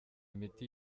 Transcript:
imiti